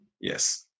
yes